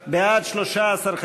בעד, 12,